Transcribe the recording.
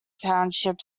township